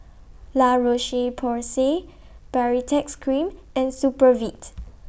La Roche Porsay Baritex Cream and Supravit